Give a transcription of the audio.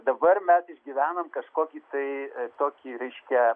dabar mes išgyvenam kažkokį tai tokį reiškia